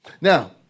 Now